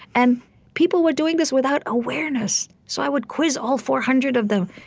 and people were doing this without awareness. so i would quiz all four hundred of them.